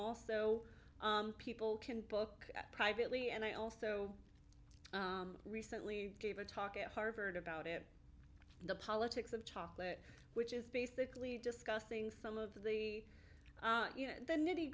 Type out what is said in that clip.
also people can book privately and i also recently gave a talk at harvard about it the politics of chocolate which is basically discussing some of the you know the nitty